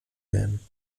werden